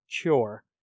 CURE